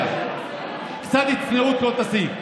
קצת צניעות לא תזיק.